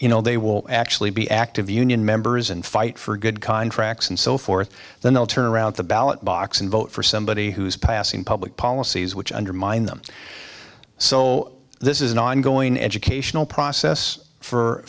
you know they will actually be active union members and fight for good contracts and so forth then they'll turn around the ballot box and vote for somebody who is passing public policies which undermine them so this is an ongoing educational process for